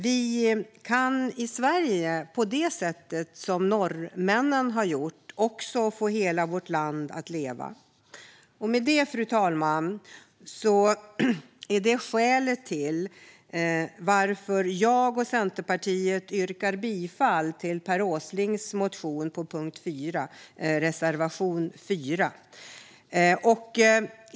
Vi kan även i Sverige få hela landet att leva på det sättet som norrmännen gjort. Detta, fru talman, är skälet till att jag och Centerpartiet yrkar bifall till Per Åslings motion och reservation 4 under punkt 4.